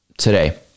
today